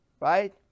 right